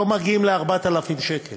לא מגיעים ל-4,000 שקל.